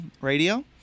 radio